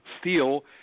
steel